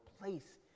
place